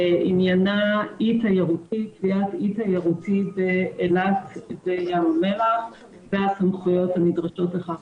עניינה קביעת אי תיירותי באילת וים המלח והסמכויות הנדרשות לכך.